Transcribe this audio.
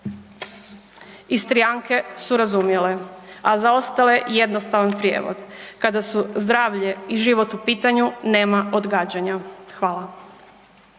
razumije/…Istrijanke su razumjele, a za ostale jednostavan prijevod, kada su zdravlje i život u pitanju nema odgađanja. Hvala.